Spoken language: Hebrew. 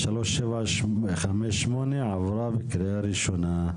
פ/3758/24 עברה בקריאה ראשונה.